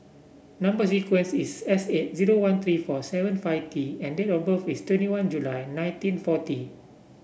number sequence is S eight zero one three four seven five T and date of birth is twenty one July nineteen forty